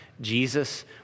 Jesus